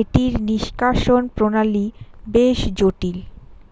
এটির নিষ্কাশণ প্রণালী বেশ জটিল